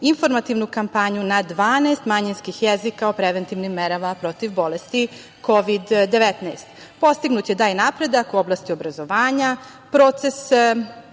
informativnu kampanju na 12 manjinskih jezika o preventivnim merama protiv bolesti Kovid 19.Postignut je taj napredak u oblasti obrazovanja, proces